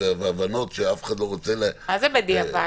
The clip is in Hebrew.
מה זה "בדיעבד"?